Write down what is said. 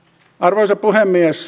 arvoisa puhemies